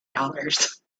dollars